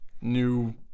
new